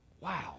Wow